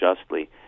justly